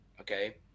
okay